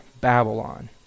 Babylon